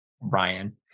Ryan